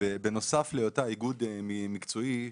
בנוסף להיותה איגוד מקצועי,